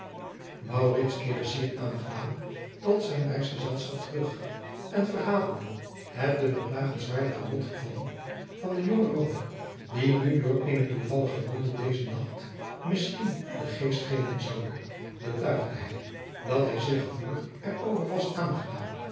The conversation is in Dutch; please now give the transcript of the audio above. keerde zeer aangedaan tot zijn reisgezelschap terug en verhalende het de beklagenswaardige lotgevallen van den jongen roover die nu door eene toevallige wonde dezen nacht rnisschien den geest geven zoude betuigde hij dat hij zeer gevoelig er over was aangedaan